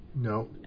No